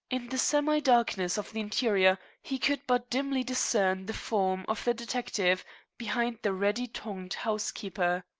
in the semi-darkness of the interior he could but dimly discern the form of the detective behind the ready-tongued housekeeper.